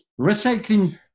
recycling